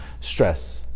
stress